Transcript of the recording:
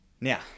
Now